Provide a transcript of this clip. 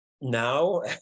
now